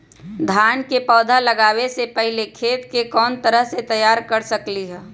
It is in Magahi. धान के पौधा लगाबे से पहिले खेत के कोन तरह से तैयार कर सकली ह?